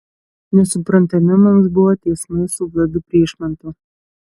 nesuprantami mums buvo teismai su vladu pryšmantu